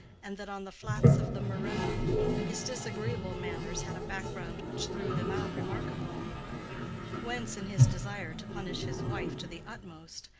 and that on the flats of the maremma his disagreeable manners had a background which threw them out remarkably whence in his desire to punish his wife to the upmost,